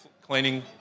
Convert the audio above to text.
cleaning